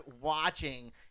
watching